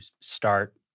start